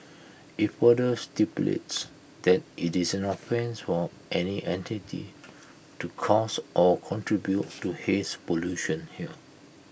IT further stipulates that IT is an offence for any entity to cause or contribute to haze pollution here